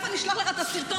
תכף אני אשלח לך את הסרטון.